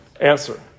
Answer